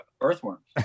earthworms